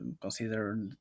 consider